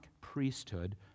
priesthood